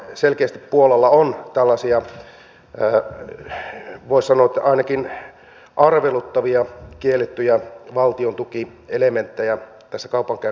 selkeästi puolalla on tällaisia voisi sanoa että ainakin arveluttavia kiellettyjä valtiontukielementtejä tässä kaupankäynnissään